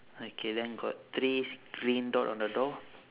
okay then got three green dot on the door